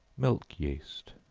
milk yeast.